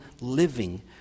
living